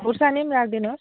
खोर्सानी पनि राखिदिनुहोस्